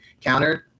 countered